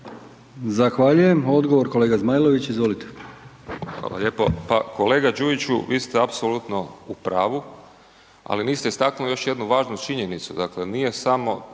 Zahvaljujem. Odgovor, kolega Zmajlović, izvolite. **Zmajlović, Mihael (SDP)** Hvala lijepo. Pa kolega Đujiću, vi ste apsolutno u pravu, ali niste istaknuli još jednu važnu činjenicu,